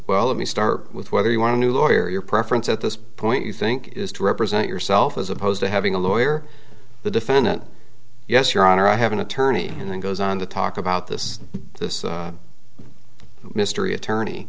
well let me start with whether you want to lawyer your preference at this point you think is to represent yourself as opposed to having a lawyer the defendant yes your honor i have an attorney and then goes on to talk about this this mystery attorney